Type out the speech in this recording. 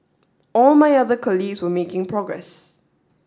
all my other colleagues were making progress